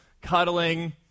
cuddling